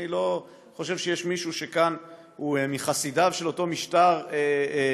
אני לא חושב שיש מישהו כאן שהוא מחסידיו של אותו משטר קומוניסטי,